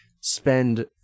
spend